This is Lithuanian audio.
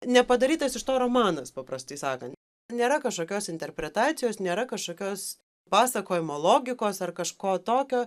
nepadarytas iš to romanas paprastai sakan nėra kažkokios interpretacijos nėra kažkokios pasakojimo logikos ar kažko tokio